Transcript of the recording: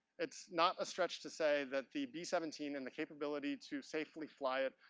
it's not a stretch to say that the b seventeen and the capability to safely fly it,